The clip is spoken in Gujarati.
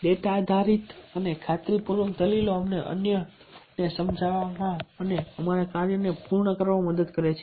ડેટા આધારિત અને ખાતરીપૂર્વકની દલીલ અમને અન્યને સમજાવવામાં અને અમારા કાર્યને પૂર્ણ કરવામાં મદદ કરે છે